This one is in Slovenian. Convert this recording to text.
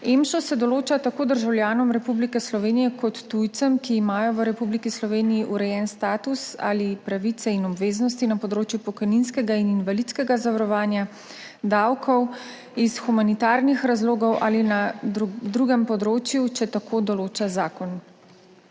EMŠO se določa tako državljanom Republike Slovenije kot tujcem, ki imajo v Republiki Sloveniji urejen status ali pravice in obveznosti na področju pokojninskega in invalidskega zavarovanja, davkov, iz humanitarnih razlogov ali na drugem področju, če tako določa zakon.